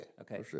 Okay